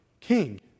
king